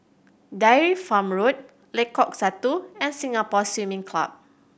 Dairy Farm Road Lengkok Satu and Singapore Swimming Club